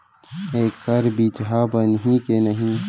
एखर बीजहा बनही के नहीं?